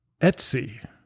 Etsy